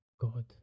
God